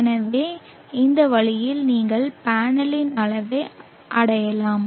எனவே இந்த வழியில் நீங்கள் பேனலின் அளவை அடையலாம்